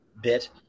bit